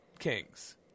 Kings